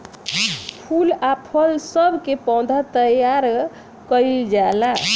फूल आ फल सब के पौधा तैयार कइल जाला